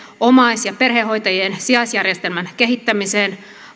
omais ja perhehoitajien sijaisjärjestelmän kehittämiseen